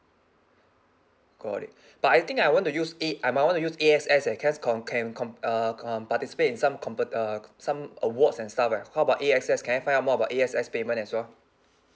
got it but I think I want to use it A I might want to use A_X_S eh cause com~ can com~ uh co~ uh participate in some compet~ uh some awards and stuff eh how about A_X_S can I find out more about A_X_S payment as well